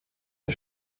der